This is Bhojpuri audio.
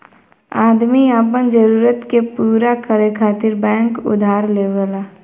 आदमी आपन जरूरत के पूरा करे खातिर बैंक उधार लेवला